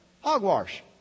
Hogwash